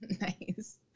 Nice